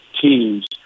teams